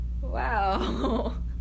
Wow